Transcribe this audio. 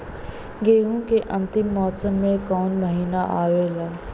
गेहूँ के अंतिम मौसम में कऊन महिना आवेला?